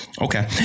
Okay